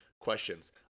questions